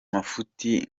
mafuti